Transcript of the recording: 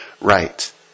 Right